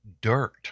dirt